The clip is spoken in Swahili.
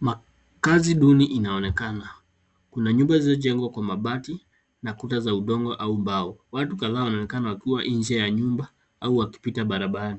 Makazi duni inaonekana. Kuna nyumba zilizojengwa kwa mabati na kuta za udongo au mbao. Watu kadhaa wanaonekana kuwa nje ya nyumba, au wakipita barabara.